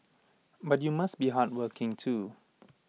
but you must be hardworking too